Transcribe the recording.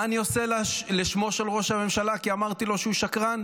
מה אני עושה לשמו של ראש הממשלה כי אמרתי לו שהוא שקרן?